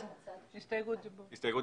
הצבעה